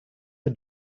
der